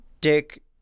Dick